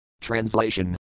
Translation